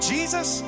Jesus